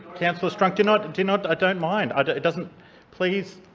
councillor strunk, do not do not i don't mind and it doesn't please,